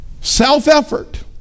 self-effort